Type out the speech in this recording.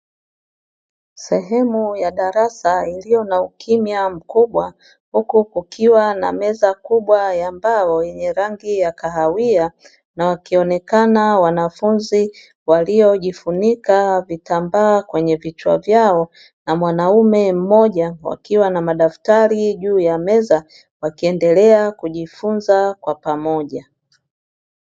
Sehemu ya darasa iliyo na ukimya mkubwa, huku kukiwa na meza kubwa ya mbao yenye rangi ya kahawia, na wakionekana wanafunzi waliojifunika vitambaa kwenye vichwa vyao na mwanaume mmoja. Wakiwa na madaftari juu ya meza, wakiendelea kujifunza kwa pamoja.